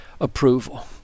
approval